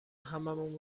هممون